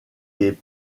est